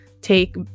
take